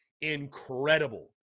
incredible